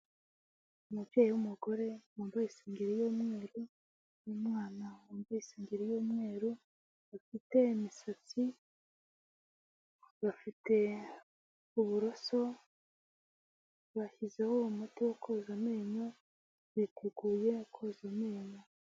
Umubyeyi w'umugorembaye isengeri y'umweru n'umwana wambaye isengeri y'umweru, bafite imisatsi bafite uburoso bashyizeho umuti wo koza amenyo, biteguye koza amenyo.